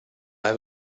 have